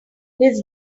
his